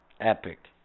Epic